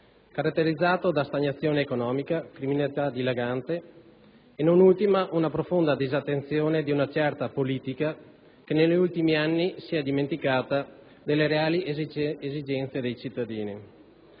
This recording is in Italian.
caratterizzata da stagnazione economica, criminalità dilagante e, non ultima, una profonda disattenzione di una certa politica che negli ultimi anni si è dimenticata delle reali esigenze dei cittadini.